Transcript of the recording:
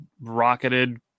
rocketed